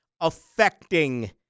affecting